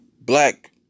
black